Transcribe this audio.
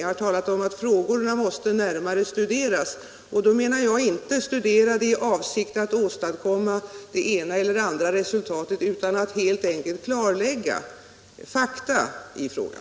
Jag har däremot sagt att frågorna måste närmare studeras, och då menar jag inte studera med avsikt att åstadkomma det ena eller det andra resultatet, utan helt enkelt att klarlägga fakta i frågan.